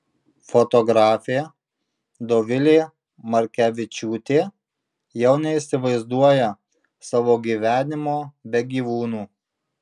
fotografė dovilė markevičiūtė jau neįsivaizduoja savo gyvenimo be gyvūnų